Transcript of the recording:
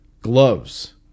Gloves